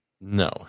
No